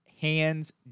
Hands